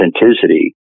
authenticity